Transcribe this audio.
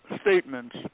statements